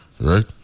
Right